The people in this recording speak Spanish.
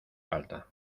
falta